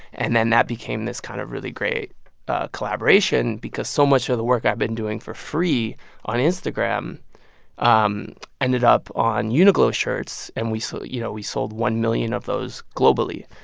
and then that became this kind of really great collaboration because so much of the work i've been doing for free on instagram um ended up on uniqlo shirts and we sold you know, we sold one million of those globally.